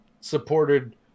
supported